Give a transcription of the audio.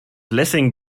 lessing